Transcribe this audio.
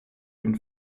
den